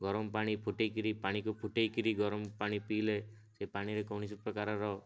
ଗରମ ପାଣି ଫୁଟେଇକରି ପାଣିକୁ ଫୁଟେଇକରି ଗରମ ପାଣି ପିଇଲେ ସେ ପାଣିରେ କୌଣସି ପ୍ରକାରର